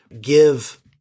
Give